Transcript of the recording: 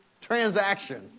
transaction